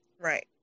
Right